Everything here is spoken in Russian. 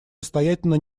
настоятельно